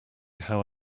how